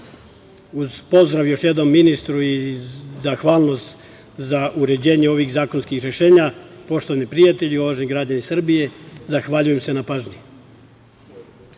za. Uz pozdrav, još jednom, ministru i zahvalnost za uređenje ovih zakonskih rešenja, poštovani prijatelji, uvaženi građani Srbije, zahvaljujem se na pažnji.